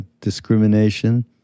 Discrimination